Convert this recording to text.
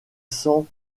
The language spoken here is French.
cent